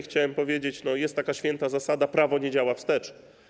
Chciałbym powiedzieć: jest taka święta zasada - prawo nie działa wstecz.